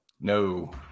No